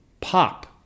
pop